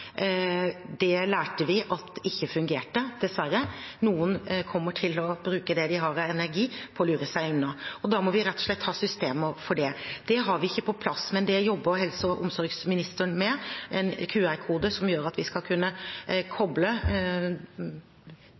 Det lærte vi at ikke fungerte, dessverre. Noen kommer til å bruke det de har av energi på å lure seg unna. Da må vi rett og slett ha systemer for det. Det har vi ikke på plass, men det jobber helse- og omsorgsministeren med, en QR-kode som gjør at vi skal kunne koble